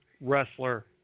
wrestler